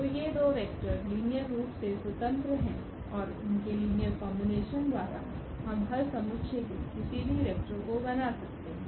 तो ये दो वेक्टर लीनियर रूप से स्वतंत्र हैं और उनके लीनियर कोम्बिनेशन द्वारा हम हल समुच्चय के किसी भी वेक्टर को बना सकते है